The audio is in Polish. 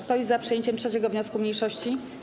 Kto jest za przyjęciem 3. wniosku mniejszości?